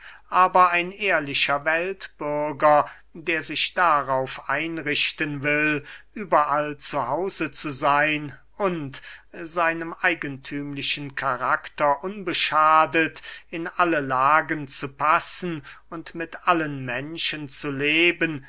aber ein ehrlicher weltbürger der sich darauf einrichten will überall zu hause zu seyn und seinem eigenthümlichen karakter unbeschadet in alle lagen zu passen und mit allen menschen zu leben